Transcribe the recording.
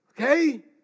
Okay